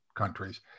countries